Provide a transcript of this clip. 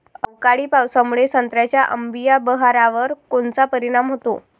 अवकाळी पावसामुळे संत्र्याच्या अंबीया बहारावर कोनचा परिणाम होतो?